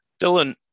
Dylan